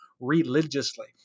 religiously